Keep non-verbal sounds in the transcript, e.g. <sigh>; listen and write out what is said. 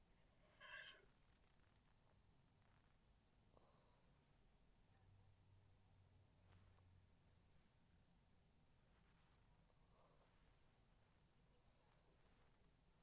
<breath>